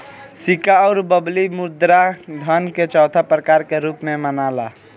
सिक्का अउर बबली मुद्रा धन के चौथा प्रकार के रूप में मनाला